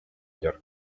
york